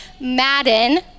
Madden